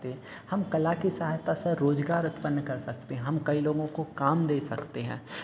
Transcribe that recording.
हम कला की सहायता से रोज़गार उत्पन्न कर सकते हैं हम कई लोगों को काम दे सकते हैं